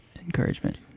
encouragement